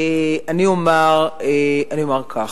אני אומר כך: